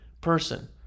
person